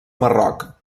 marroc